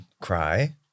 cry